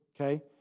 Okay